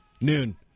Noon